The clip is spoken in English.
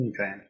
Okay